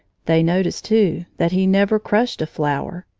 they noticed, too, that he never crushed a flower,